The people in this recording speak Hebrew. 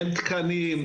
אין תקנים.